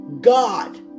God